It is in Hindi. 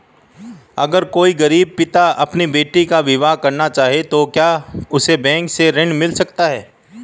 अगर कोई गरीब पिता अपनी बेटी का विवाह करना चाहे तो क्या उसे बैंक से ऋण मिल सकता है?